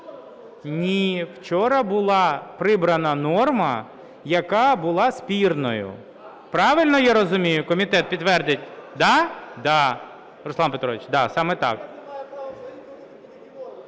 Ні, вчора була прибрана норма, яка була спірною. Правильно я розумію? Комітет підтвердить. Руслане Петровичу, саме так.